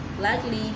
luckily